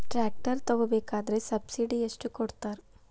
Tractor ತಗೋಬೇಕಾದ್ರೆ subsidy ಎಷ್ಟು ಕೊಡ್ತಾರ?